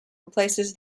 replaces